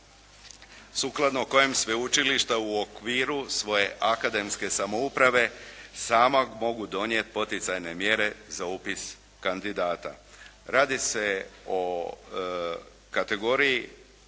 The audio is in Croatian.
sukladno kojem sveučilišta u okviru svoje akademske samouprave sama mogu donijeti poticajne mjere za upis kandidata. Radi se o kategoriji